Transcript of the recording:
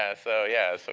yeah. so, yeah, so